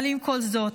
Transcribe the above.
אבל עם כל זאת,